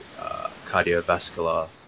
cardiovascular